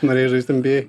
norėjai žaist em by ei